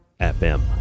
FM